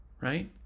right